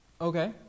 Okay